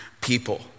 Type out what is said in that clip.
people